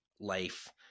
life